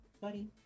Buddy